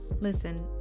Listen